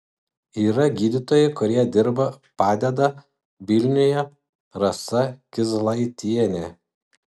yra gydytojai kurie dirba padeda vilniuje rasa kizlaitienė